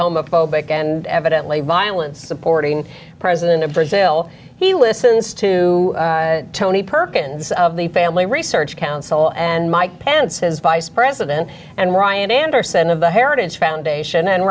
homophobic and evidently violence supporting president of brazil he listens to tony perkins of the family research council and mike pence as vice president and ryan anderson of the heritage foundation and